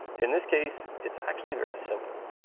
in this case, it's actually very simple.